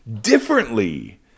differently